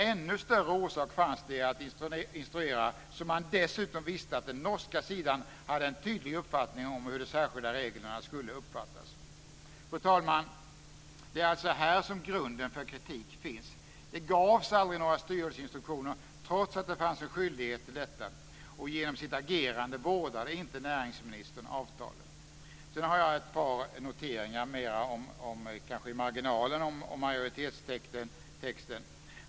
Ännu större orsak fanns det att instruera som man dessutom visste att den norska sidan hade en tydlig uppfattning om hur de särskilda reglerna skulle uppfattas. Fru talman! Det är alltså här som grunden för kritik finns. Det gavs aldrig några styrelseinstruktioner trots att det fanns en skyldighet till detta. Genom sitt agerande vårdade inte näringsministern avtalet. Sedan har jag ett par noteringar mer i marginalen om majoritetstexten.